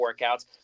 workouts